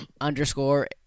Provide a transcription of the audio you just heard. underscore